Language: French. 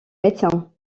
médecin